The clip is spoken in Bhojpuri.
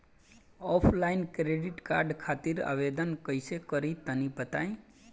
ऑफलाइन क्रेडिट कार्ड खातिर आवेदन कइसे करि तनि बताई?